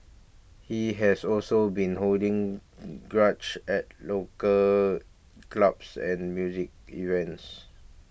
he has also been holding at local clubs and music events